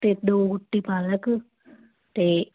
ਅਤੇ ਦੋ ਗੁੱਟੀ ਪਾਲਕ ਅਤੇ